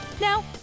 Now